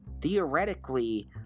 Theoretically